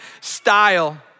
style